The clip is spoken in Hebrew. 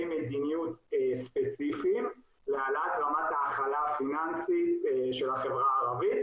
מדיניות ספציפית להעלאת רמת ההכלה הפיננסית של החברה הערבית,